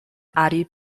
addie